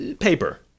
Paper